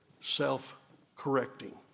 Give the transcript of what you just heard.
self-correcting